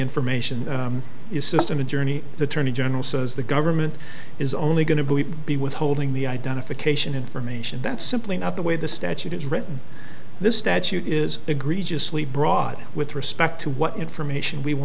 information is system a journey the attorney general says the government is only going to be withholding the identification information that's simply not the way the statute is written this statute is agree just sleep broad with respect to what information we will